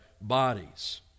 bodies